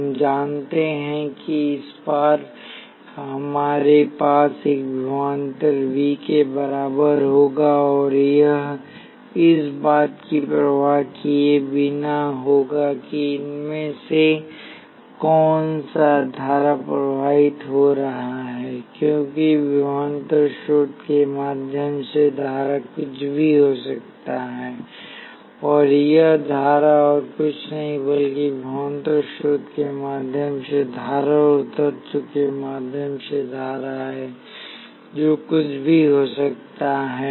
हम जानते हैं कि इस पार हमारे पास एक विभवांतर वी के बराबर होगा और यह इस बात की परवाह किए बिना होगा कि इसमें से कौन सा धारा प्रवाहित हो रहा है क्योंकि विभवांतर स्रोत के माध्यम से धारा कुछ भी हो सकता है और यह धारा और कुछ नहीं बल्कि विभवांतर स्रोत के माध्यम से धारा और तत्व के माध्यम से धारा है जो कुछ भी हो सकता है